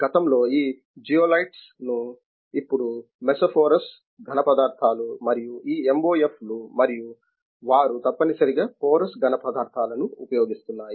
గతంలో ఈ జియోలైట్లను ఇప్పుడు మెసోపోరస్ ఘనపదార్థాలు మరియు ఈ MOF లు మరియు వారు తప్పనిసరిగా పోరస్ ఘనపదార్థాల ను ఉపయోగిస్తున్నాయి